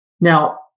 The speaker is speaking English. Now